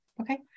okay